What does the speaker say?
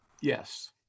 Yes